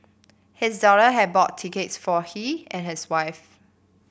his daughter had bought tickets for he and his wife